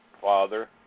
Father